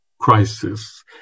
crisis